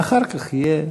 ואחר כך יהיה